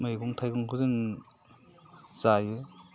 मैगं थाइगंखौ जों जायो